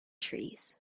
trees